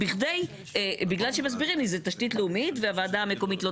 בגלל שמסבירים לי זה תשתית לאומית והוועדה המקומית לא